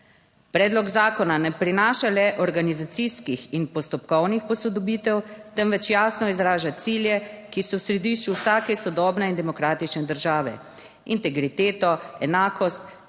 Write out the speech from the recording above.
Predlog zakona ne prinaša le organizacijskih in postopkovnih posodobitev, temveč jasno izraža cilje, ki so v središču vsake sodobne in demokratične države: integriteto, enakost,